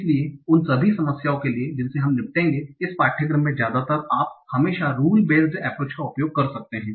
इसलिए उन सभी समस्याओं के लिए जिनसे हम निपटेंगे इस पाठ्यक्रम में ज्यादातर आप हमेशा रुल बेस्ड एप्रोच का उपयोग कर सकते हैं